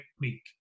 week